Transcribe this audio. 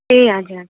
ए हजुर